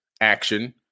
action